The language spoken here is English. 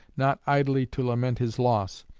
not idly to lament his loss,